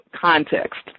context